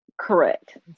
Correct